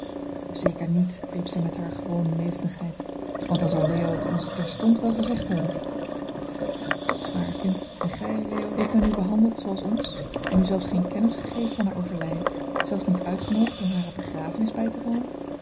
zeker niet riep zij met hare gewone levendigheid want dan zou leo het ons terstond wel gezegd hebben dat is waar kind en gij leo heeft men u behandeld zooals ons en u zelfs geen kennis gegeven van haar overlijden zelfs niet uitgenoodigd om hare begrafenis bij te wonen